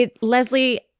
Leslie